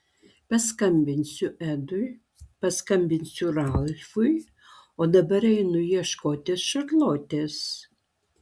paskambinsiu edui paskambinsiu ralfui o dabar einu ieškoti šarlotės